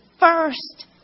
First